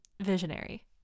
visionary